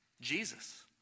Jesus